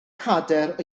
cadair